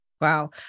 Wow